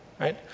right